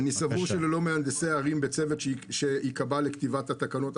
-- אני סבור שללא מהנדסי ערים בצוות שיקבע לכתיבת התקנות,